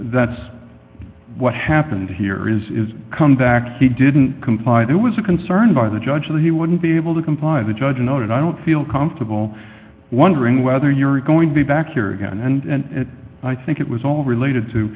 that's what happened here is come back he didn't comply there was a concern by the judge that he wouldn't be able to comply the judge noted i don't feel comfortable wondering whether you're going to be back here again and i think it was all related to